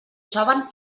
saben